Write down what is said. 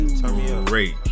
great